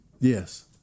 Yes